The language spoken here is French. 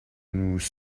nous